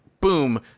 boom